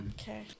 Okay